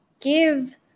give